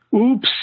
oops